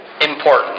Important